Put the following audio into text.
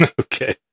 Okay